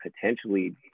potentially